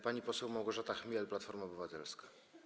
Pani poseł Małgorzata Chmiel, Platforma Obywatelska.